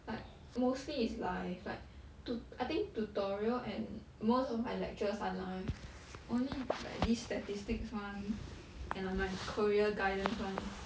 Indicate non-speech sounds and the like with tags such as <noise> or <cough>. like mostly is live like <breath> tu~ I think tutorial and most of my lectures are life <breath> only like this statistics [one] <breath> and like my career guidance [one] is